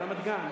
ברמת-גן,